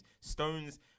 Stones